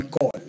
call